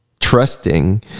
trusting